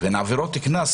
הן עבירות קנס,